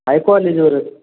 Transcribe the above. आहे कॉलेजवरच